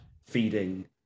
feeding